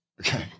Okay